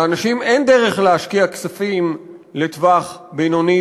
לאנשים אין דרך להשקיע כספים לטווח בינוני